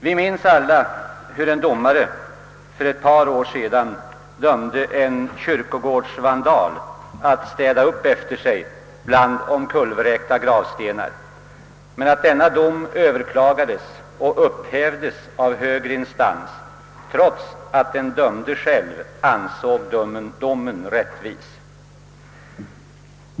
Vi minns väl alla hur en domare för ett par år sedan dömde en kyrkogårdsvandal att städa upp efter sig bland kullvräkta gravstenar. Denna dom överklagades och upphävdes av högre instans, trots att den dömde själv ansåg domen rättvis.